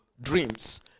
dreams